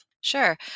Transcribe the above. Sure